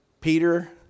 Peter